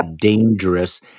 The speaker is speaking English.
dangerous